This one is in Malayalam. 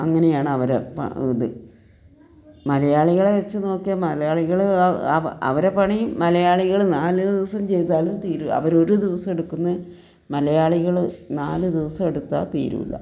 അങ്ങനെയാണ് അവരെ ഇത് മലയാളികളെ വച്ചു നോക്കിയാൽ മലയാളികൾ അവരെ പണി മലയാളികൾ നാല് ദിവസം ചെയ്താലും തീരും അവർ ഒരു ദിവസം എടുക്കുന്നത് മലയാളികൾ നാല് ദിവസം എടുത്താൽ തീരില്ല